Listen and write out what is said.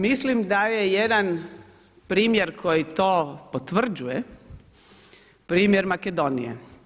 Mislim da je jedan primjer koji to potvrđuje primjer Makedonije.